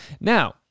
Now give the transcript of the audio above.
Now